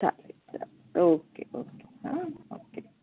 चालेल चालेल okay okay हां ओके